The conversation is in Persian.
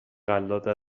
قلاده